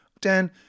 Dan